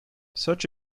such